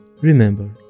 Remember